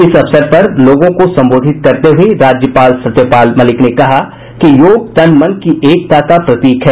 इस अवसर पर लोगों को संबोधित करते हये राज्यपाल सत्यपाल मलिक ने कहा कि योग तन मन की एकता का प्रतीक है